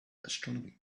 astronomy